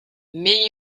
mais